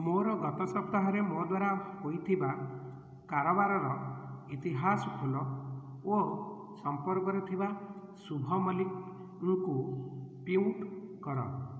ମୋର ଗତ ସପ୍ତାହରେ ମୋ ଦ୍ୱାରା ହୋଇଥିବା କାରବାରର ଇତିହାସ ଖୋଲ ଓ ସମ୍ପର୍କରେ ଥିବା ଶୁଭ ମଲ୍ଲିକ ଙ୍କୁ ପ୍ୟୁଟ୍ କର